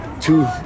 two